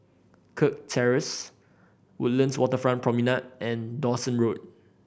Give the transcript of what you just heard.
Kirk Terrace Woodlands Waterfront Promenade and Dawson Road